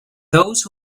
those